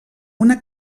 una